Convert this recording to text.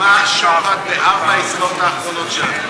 "טיסנקרופ" שילמה שוחד בארבע העסקאות האחרונות שלה.